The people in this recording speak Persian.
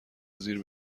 زیر